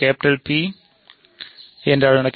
P என்றால் என்ன